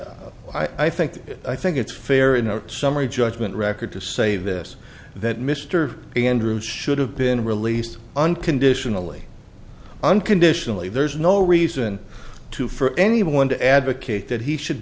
e i think i think it's fair in a summary judgment record to say this that mr andrews should have been released unconditionally unconditionally there's no reason to for anyone to advocate that he should